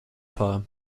paar